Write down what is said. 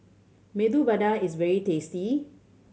Medu Vada is very tasty